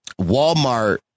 Walmart